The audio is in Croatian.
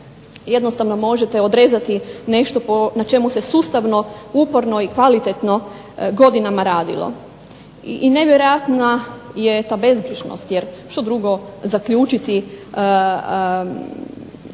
jednostavno možete odrezati nešto na čemu se sustavno, uporno i kvalitetno godinama radilo, i nevjerojatna je ta bezbrižnost, jer što drugo zaključiti